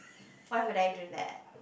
why would I do that